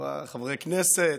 חברי הכנסת,